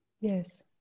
Yes